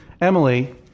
Emily